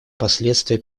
последствия